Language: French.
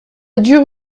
dure